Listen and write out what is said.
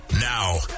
Now